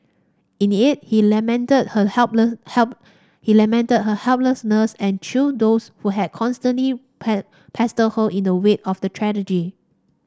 in it he lamented her help he lamented her helplessness and chided those who had constantly pie pestered her in the wake of the tragedy